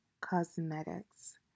cosmetics